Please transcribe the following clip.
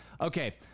Okay